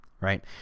right